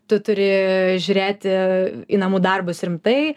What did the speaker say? tu turi žiūrėti į namų darbus rimtai